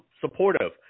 supportive